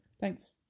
Thanks